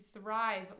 thrive